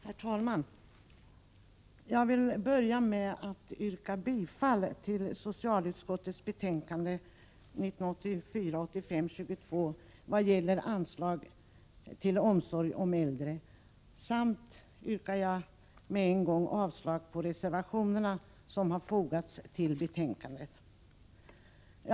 Herr talman! Jag vill börja med att yrka bifall till socialutskottets hemställan i betänkande 1984/85:22 vad gäller anslag till omsorg om äldre. Jag yrkar också med en gång avslag på reservationerna som fogats till betänkandet.